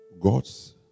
God's